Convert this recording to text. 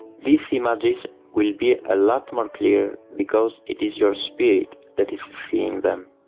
these images will be a lot more clearer because it is your spirit that is seeing them.